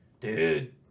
dude